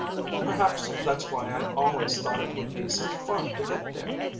perhaps that's why i always thought it would be such fun to get there.